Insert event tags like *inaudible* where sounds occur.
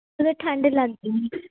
*unintelligible* ਠੰਡ ਲੱਗਦੀ *unintelligible*